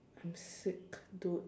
I'm sick dude